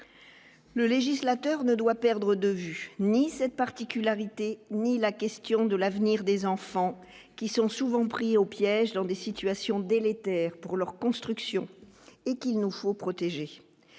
Le législateur ne doit perdre de vue ni cette particularité, ni la question de l'avenir des enfants qui sont souvent pris au piège dans des situations délétère pour leur construction et qu'il nous faut protéger